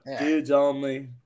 Dudes-only